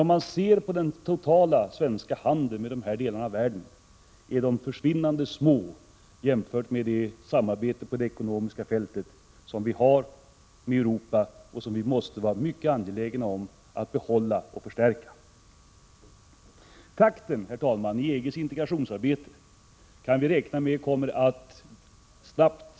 Om man ser på den totala svenska handeln med dessa delar av världen, finner man att den är försvinnande liten jämförd med det samarbete på det ekonomiska fältet som vi har med Europa. Vi måste vara mycket angelägna om att behålla det och att förstärka det. Herr talman! Vi kan räkna med att takten i EG:sintegrationsarbete snabbt kommer att gå uppåt.